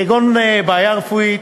כגון בעיה רפואית,